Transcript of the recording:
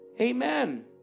Amen